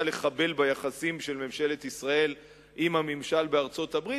לחבל ביחסים של ממשלת ישראל עם הממשל בארצות-הברית,